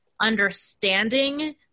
understanding